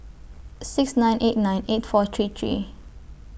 six nine eight nine eight four three three